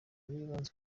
bwibanze